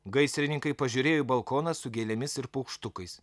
gaisrininkai pažiūrėjo į balkoną su gėlėmis ir paukštukais